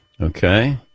Okay